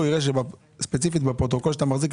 ספציפית בפרוטוקול שאתה מחזיק,